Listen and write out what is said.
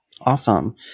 Awesome